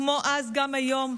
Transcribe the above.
כמו אז גם היום,